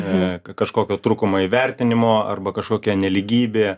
kažkokio trūkumo įvertinimo arba kažkokia nelygybė